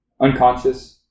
unconscious